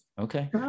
Okay